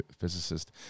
physicist